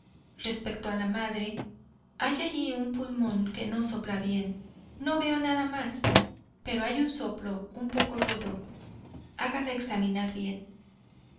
respecto a la madre hay allí un pulmón que no sopla bien no veo nada más pero hay un soplo un poco rudo hágala examinar bien